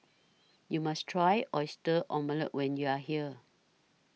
YOU must Try Oyster Omelette when YOU Are here